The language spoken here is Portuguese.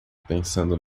pensando